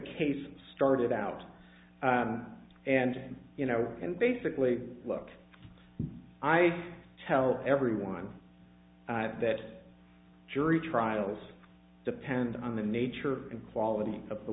case started out and you know and basically look i tell everyone that jury trials depend on the nature and quality of the